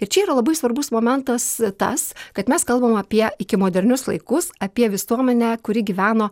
ir čia yra labai svarbus momentas tas kad mes kalbam apie iki modernius laikus apie visuomenę kuri gyveno